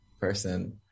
person